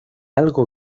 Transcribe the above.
algo